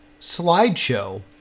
slideshow